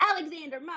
Alexander